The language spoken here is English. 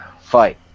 fight